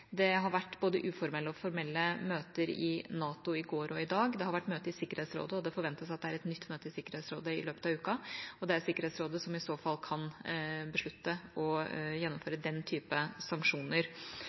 Det har vært både uformelle og formelle møter i NATO i går og i dag. Det har vært møte i Sikkerhetsrådet, og det forventes at det er et nytt møte i Sikkerhetsrådet i løpet av uka. Det er Sikkerhetsrådet som i så fall kan beslutte å